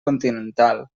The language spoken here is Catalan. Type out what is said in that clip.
continental